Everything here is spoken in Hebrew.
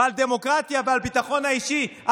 על דמוקרטיה ועל הביטחון האישי,